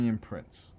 Prince